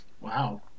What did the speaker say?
wow